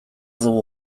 dugu